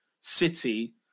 City